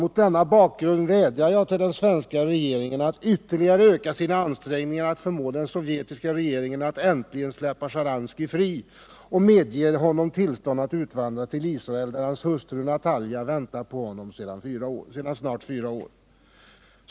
Mot denna bakgrund vädjar jag till den svenska regeringen att ytterligare öka sina ansträngningar att förmå den sovjetiska regeringen att äntligen släppa Sharansky fri och medge honom tillstånd att utvandra till Israel, där hans hustru Natalja väntar på honom sedan snart fyra år.